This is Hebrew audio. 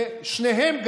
ושניהם,